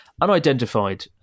unidentified